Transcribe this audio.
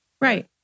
Right